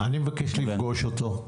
אני מבקש לפגוש אותו.